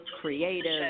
creative